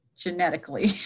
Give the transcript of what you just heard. genetically